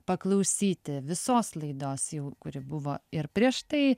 paklausyti visos laidos jau kuri buvo ir prieš tai